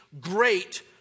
great